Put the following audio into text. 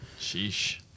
Sheesh